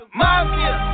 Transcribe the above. mafia